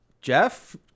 Jeff